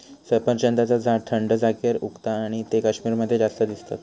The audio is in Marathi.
सफरचंदाचा झाड थंड जागेर उगता आणि ते कश्मीर मध्ये जास्त दिसतत